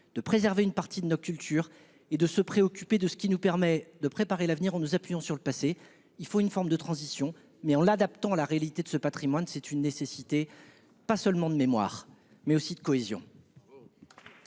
de préserver une partie de notre culture et de nous préoccuper de ce qui permet de préparer l'avenir en nous appuyant sur le passé. Il faut une transition, mais adaptée à la réalité du patrimoine. C'est une nécessité non seulement de mémoire, mais aussi de cohésion.